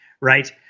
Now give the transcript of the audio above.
right